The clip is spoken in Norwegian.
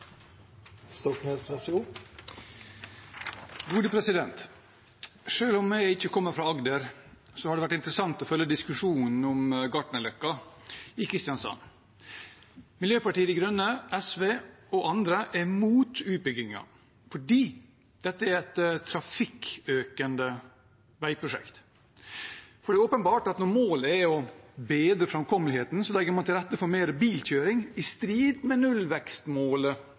om jeg ikke kommer fra Agder, har det vært interessant å følge diskusjonen om Gartnerløkka i Kristiansand. Miljøpartiet De Grønne, SV og andre er mot utbyggingen fordi dette er et trafikkøkende veiprosjekt. Det er åpenbart at når målet er å bedre framkommeligheten, legger man til rette for mer bilkjøring, i strid med nullvekstmålet